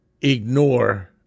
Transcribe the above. ignore